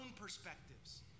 perspectives